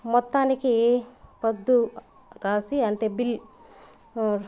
మొత్తానికి పద్దు రాసి అంటే బిల్